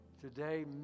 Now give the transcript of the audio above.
today